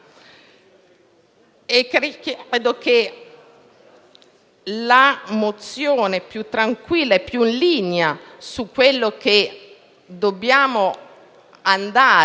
Credo che la mozione più tranquilla e più in linea rispetto a quello che dobbiamo andare